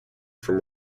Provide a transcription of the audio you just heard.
from